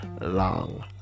long